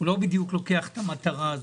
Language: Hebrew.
הוא לא בדיוק מאמץ את המטרה הזאת.